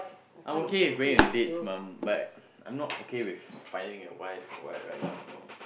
I'm okay with going on dates mom but I'm not okay with finding a wife what right now no